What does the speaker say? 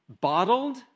Bottled